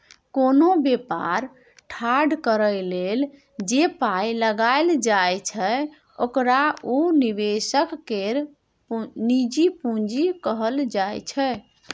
कोनो बेपार ठाढ़ करइ लेल जे पाइ लगाइल जाइ छै ओकरा उ निवेशक केर निजी पूंजी कहल जाइ छै